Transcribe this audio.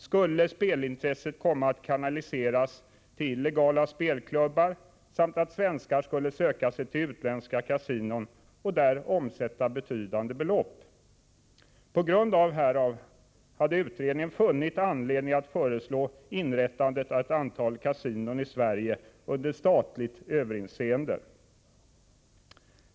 skulle spelintresset komma att kanaliseras till illegala spelklubbar samt att svenskar skulle söka sig till utländska kasinon och där omsätta betydande belopp. På grund härav hade utredningen funnit anledning att föreslå inrättandet av ett antal kasinon i Sverige under statligt överinseende.